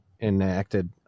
enacted